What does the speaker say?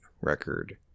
record